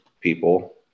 people